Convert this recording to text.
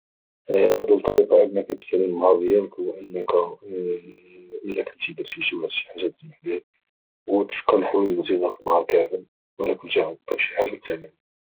افضل طريقة انك تسالي النهار ديالك هو انك الى كنتي درتي لشي واحد شي حاجة تسمحليه او تفكر الحوايج اللي درتي فداك النهار كامل والى غلطي فشي حاجة تعلم منها